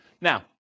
Now